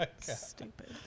Stupid